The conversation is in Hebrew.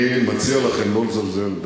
אני מציע לכם לא לזלזל.